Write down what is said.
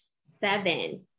Seven